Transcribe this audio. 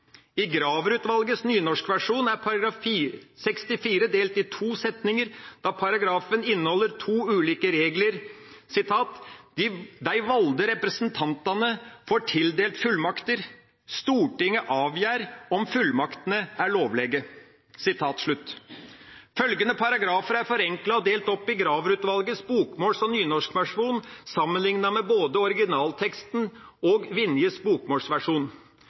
I Graver-utvalgets nynorskversjon er § 64 delt i to setninger da paragrafen inneholder to ulike regler: «Dei valde representantane får tildelt fullmakter. Stortinget avgjer om fullmaktene er lovlege.» Følgende paragrafer er forenklet og delt opp i Graver-utvalgets bokmåls- og nynorskversjon sammenlignet med både originalteksten og